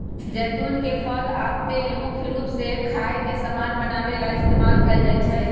जैतुन के फल आ तेल मुख्य रूप से खाए के समान बनावे ला इस्तेमाल कएल जाई छई